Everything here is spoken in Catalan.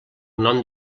nom